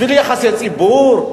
בשביל יחסי ציבור?